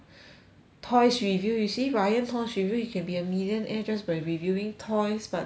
toys review you see ryan toys review he can be a million just by reviewing toys but nothing